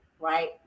right